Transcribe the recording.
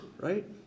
right